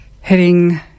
heading